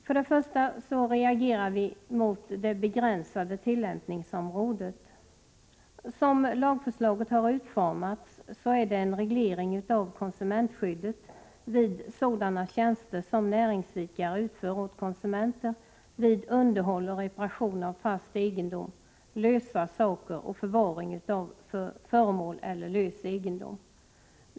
Först och främst reagerar vi mot det begränsade tillämpningsområdet. Som lagförslaget har utformats innebär det en reglering av konsumentskyddet vid sådana tjänster som näringsidkare utför åt konsumenter vid underhåll och reparation av fast egendom, lösa saker och förvaring av föremål eller lös egendom.